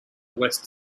west